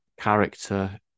character